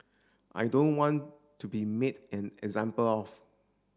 I don't want to be made an example of